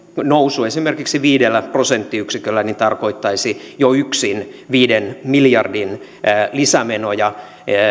nousu esimerkiksi viidellä prosenttiyksiköllä tarkoittaisi jo yksin viiden miljardin lisämenoja